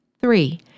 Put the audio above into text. Three